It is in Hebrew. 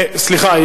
סליחה,